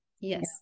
yes